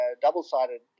double-sided